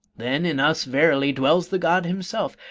then in us verily dwells the god himself,